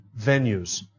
venues